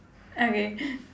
okay